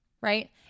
Right